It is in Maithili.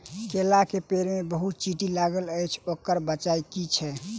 केला केँ पेड़ मे बहुत चींटी लागल अछि, ओकर बजय की छै?